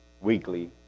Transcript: weekly